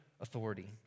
authority